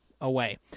Away